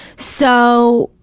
so,